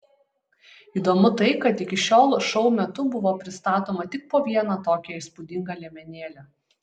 įdomu tai kad iki šiol šou metu buvo pristatoma tik po vieną tokią įspūdingą liemenėlę